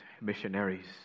missionaries